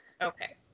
Okay